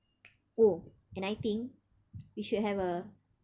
oh and I think we should have a